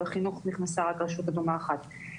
אבל על החינוך נכנסה רק רשות אדומה אחת.